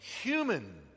human